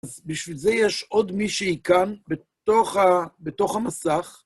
אז בשביל זה יש עוד מישהי כאן, בתוך המסך.